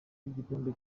ry’igikombe